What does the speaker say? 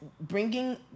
bringing